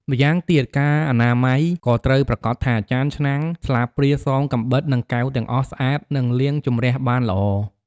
ម្យ៉ាងទៀតការអនាម័យ ក៏ត្រូវប្រាកដថា ចានឆ្នាំង ស្លាបព្រា សម កាំបិត និងកែវទាំងអស់ស្អាត និងលាងជម្រះបានល្អ។